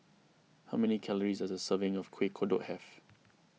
how many calories does a serving of Kuih Kodok have